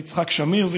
של יצחק שמיר.